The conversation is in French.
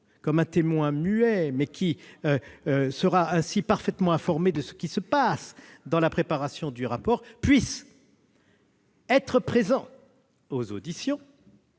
tel un témoin muet, mais qui sera ainsi parfaitement informé de ce qui se passe dans la préparation du rapport, d'être présent- non